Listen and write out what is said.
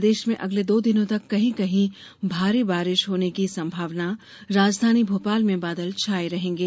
प्रदेश में अगले दो दिनों तक कहीं कहीं भारी बारिश होने की संभावना राजधानी भोपाल में बादल छाये रहेंगे